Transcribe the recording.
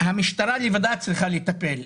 המשטרה לבדה צריכה לטפל,